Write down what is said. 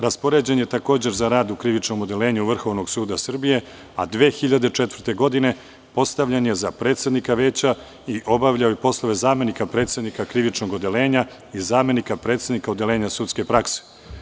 Raspoređen je, takođe, za rad u krivičnom odeljenju Vrhovnog suda Srbije, a 2004. godine postavljen je za predsednika Veća i obavljao je poslove zamenika predsednika krivičnog odeljenja i zamenika predsednika Odeljenja sudske prakse.